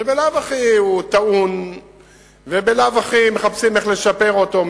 שבלאו הכי הוא טעון ובלאו הכי מחפשים איך לשפר אותו,